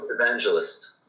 evangelist